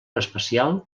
espacial